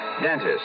dentist